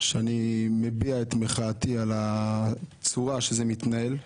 אני מביע את מחאתי על הצורה שבה זה מתנהל.